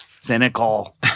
Cynical